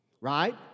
Right